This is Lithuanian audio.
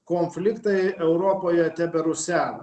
konfliktai europoje teberusena